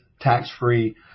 tax-free